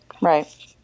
Right